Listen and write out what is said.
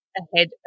ahead